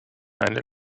eine